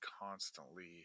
constantly